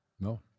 No